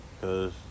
Cause